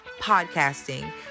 podcasting